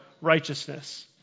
righteousness